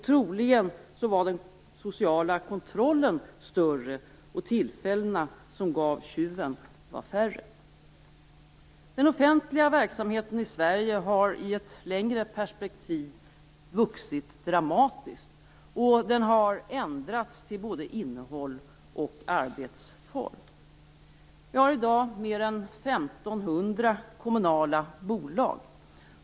Troligen var den sociala kontrollen större, och tillfällena som gav tjuven var färre. Den offentliga verksamheten i Sverige har i ett längre perspektiv vuxit dramatiskt. Den har ändrats till både innehåll och arbetsform. Vi har i dag mer än 1 500 kommunala bolag.